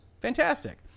Fantastic